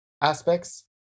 aspects